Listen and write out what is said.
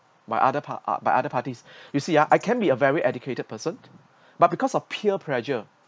by other par~ ah by other parties you see ah I can be a very educated person but because of peer pressure